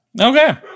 Okay